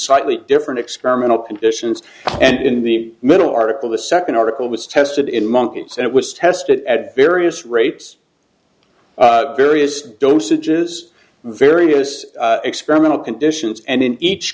slightly different experimental conditions and in the middle article the second article was tested in monkeys and it was tested at various rates various dosages and various experimental conditions and in each